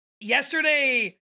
Yesterday